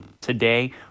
today